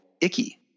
icky